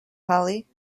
holly